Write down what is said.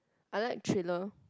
I like thriller